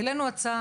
העלינו הצעה,